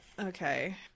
Okay